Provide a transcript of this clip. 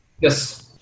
Yes